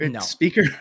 speaker